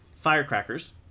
firecrackers